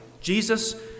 Jesus